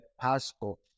passport